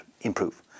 improve